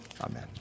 Amen